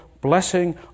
blessing